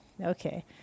Okay